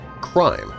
crime